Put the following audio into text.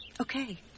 Okay